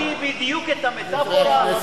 הבנתי בדיוק את המטאפורה,